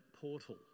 portal